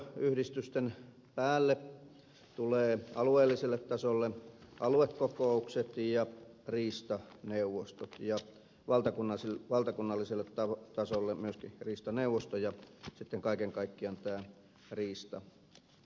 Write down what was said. riistanhoitoyhdistysten päälle tulee alueelliselle tasolle aluekokoukset ja riistaneuvostot valtakunnalliselle tasolle myöskin riistaneuvosto ja sitten kaiken kaikkiaan tämä riistakeskus